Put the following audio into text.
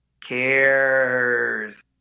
cares